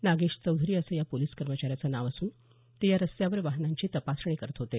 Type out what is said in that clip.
नागेश चौधरी असं या पोलिस कर्मचाऱ्याचं नाव असून ते या रस्त्यावर वाहनांची तपासणी करत होते